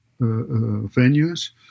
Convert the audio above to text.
venues